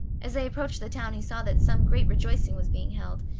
as they approached the town he saw that some great rejoicing was being held,